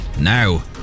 now